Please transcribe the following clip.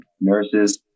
nurses